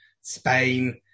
Spain